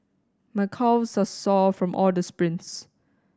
my calves are sore from all the sprints